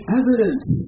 evidence